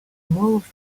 moved